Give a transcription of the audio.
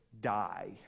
die